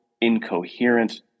incoherent